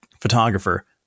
Photographer